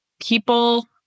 People